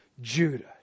Judah